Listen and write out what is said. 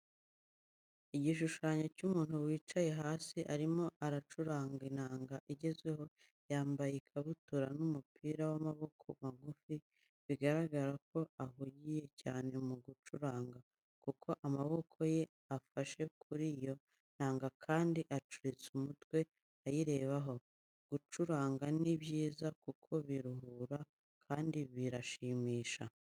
Igishushanyo cy'umuntu wicaye hasi, arimo aracuranga inanga igezweho, yambaye ikabutura n'umupira w'amaboko magufi, bigaragara ko ahugiye cyane mu gucuranga kuko amaboko ye afashe kuri iyo nanga kandi acuritse umutwe ayirebaho. Gucuranga ni byiza kuko biraruhura, kandi birashimisha.